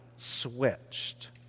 Switched